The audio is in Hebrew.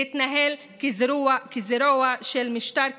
להתנהל כזרוע של משטר כוחני.